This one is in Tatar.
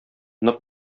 нык